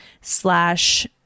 slash